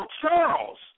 Charles